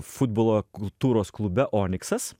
futbolo kultūros klube oniksas